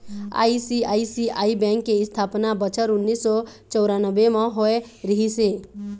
ICICI bank के इस्थापना बछर उन्नीस सौ चउरानबे म होय रिहिस हे